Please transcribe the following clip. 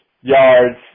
yards